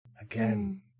Again